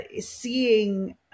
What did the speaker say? seeing